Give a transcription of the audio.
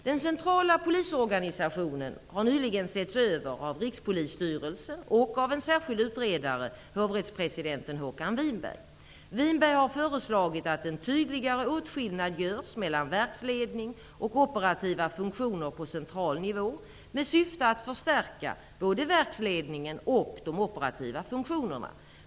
Den centrala polisorganisationen har nyligen setts över av Rikspolisstyrelsen och av en särskild utredare, hovrättspresidenten Håkan Winberg. Winberg har föreslagit att en tydligare åtskillnad görs mellan verksledning och operativa funktioner på central nivå med syfte att förstärka både verksledningen och de operativa funktionerna.